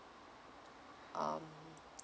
um